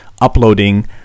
uploading